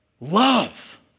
love